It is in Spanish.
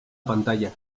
pantalla